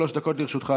שלוש דקות לרשותך,